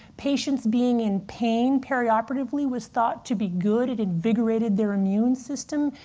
patients being in pain perioperatively was thought to be good. it invigorated their immune system.